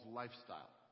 lifestyle